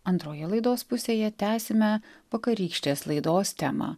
antroje laidos pusėje tęsime vakarykštės laidos temą